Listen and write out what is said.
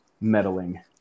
meddling